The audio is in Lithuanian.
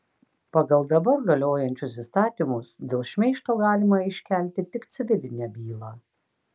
pagal dabar galiojančius įstatymus dėl šmeižto galima iškelti tik civilinę bylą